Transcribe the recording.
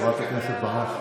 חברת הכנסת ברק.